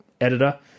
editor